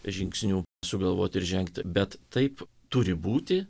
žingsnių sugalvot ir žengti bet taip turi būti